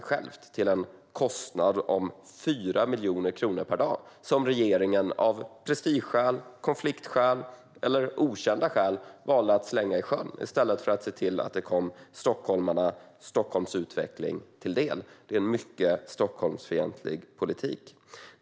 Det gjordes till en kostnad av 4 miljoner kronor per dag som regeringen av prestigeskäl, konfliktskäl eller okända skäl valde att slänga i sjön i stället för att se till att de kom stockholmarna och Stockholms utveckling till del. Det är en mycket Stockholmsfientlig politik.